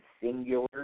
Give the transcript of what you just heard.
singular